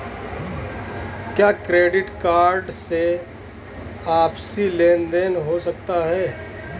क्या credit card से आपसी लेनदेन हो सकता है?